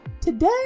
Today